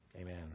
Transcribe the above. Amen